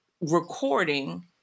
recording